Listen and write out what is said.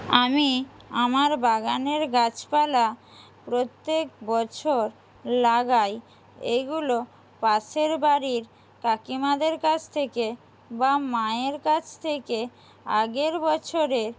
আমি আমার বাগানের গাছপালা প্রত্যেক বছর লাগাই এইগুলো পাশের বাড়ির কাকিমাদের কাছ থেকে বা মায়ের কাছ থেকে আগের বছরের